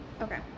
Okay